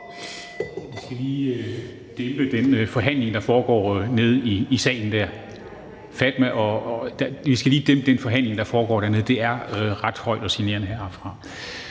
om, at man dæmper den forhandling, der foregår nede i salen. I skal lige dæmpe den forhandling, der foregår dernede; det er ret højt og generende heroppefra.